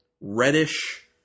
reddish